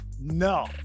No